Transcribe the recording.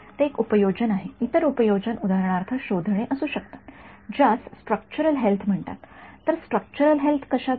ते एक उपयोजन आहे इतर उपयोजन उदाहरणार्थ शोधणे असू शकतात ज्यास स्ट्रक्चरल हेल्थ म्हणतात तर स्ट्रक्चरल हेल्थ कशाचे